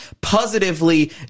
positively